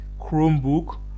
Chromebook